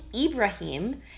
Ibrahim